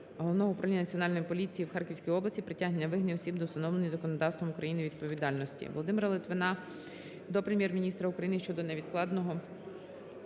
головного управління Національної поліції в Харківській області, притягнення винних осіб до встановленої законодавством України відповідальності.